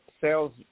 sales